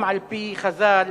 לא על-פי חז"ל,